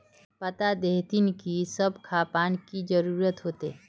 बता देतहिन की सब खापान की जरूरत होते?